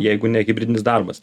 jeigu ne hibridinis darbas